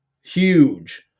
huge